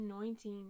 anointing